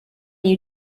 you